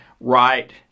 right